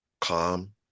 calm